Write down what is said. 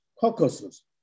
Caucasus